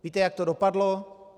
Víte, jak to dopadlo?